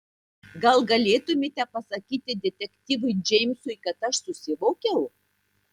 gal galėtumėte pasakyti detektyvui džeimsui kad aš susivokiau